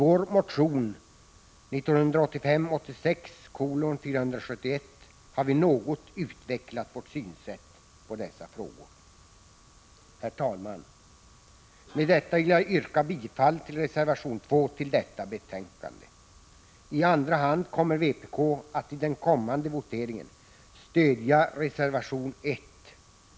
I motion 1985/86:471 har vi något utvecklat vår syn på dessa frågor. Herr talman! Med detta vill jag yrka bifall till reservation 2 vid detta betänkande. I andra hand kommer vpk att i den kommande voteringen stödja reservation 1.